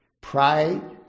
Pride